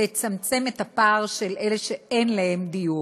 לצמצם את הפער של אלה שאין להם דיור,